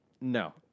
no